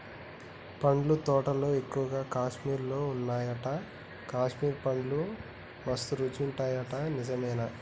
పండ్ల తోటలు ఎక్కువగా కాశ్మీర్ లో వున్నాయట, కాశ్మీర్ పండ్లు మస్త్ రుచి ఉంటాయట నిజమేనా